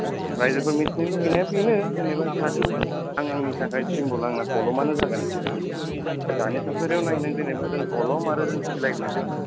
रायजोफोर मिथिनो लुबैनाया बेनो जेन'बा जाहाथे आं आंनि थाखाय सिम्बल खलमानो जागोन दानि थासारियाव नायोब्ला जों खलम आरो सिलाय मोनसे